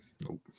Nope